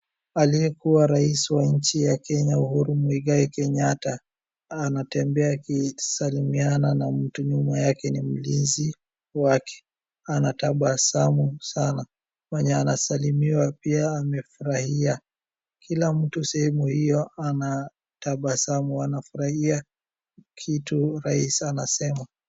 Aliyekuwa rais wa nchi ya Kenya Uhuru Muigai Kenyatta anatembea akisalimiana na mtu. Nyuma yake ni mlinzi wake. Anatabasamu sana. Mwenye anasalimiwa pia amefurahia. Kila mtu sehemu hiyo anatabasamu, wanafurahia kitu rais anasema.